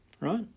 right